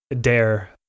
dare